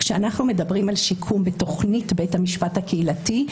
כשאנחנו מדברים על שיקום ותכנית בית המשפט הקהילתי,